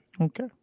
Okay